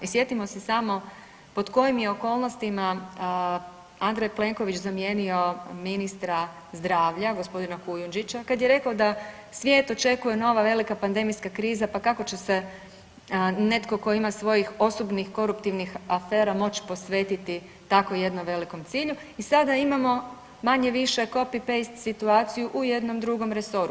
I sjetimo se samo pod kojim je okolnostima Andrej Plenković zamijenio ministra zdravlja g. Kujundžića kad je rekao da svijet očekuje nova velika pandemijska kriza, pa kako će se netko tko ima svojih osobnih koruptivnih afera moć posvetiti tako jednom velikom cilju i sada imamo manje-više copy paste situaciju u jednom drugom resoru.